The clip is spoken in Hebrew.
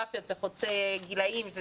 חוצה גילאים.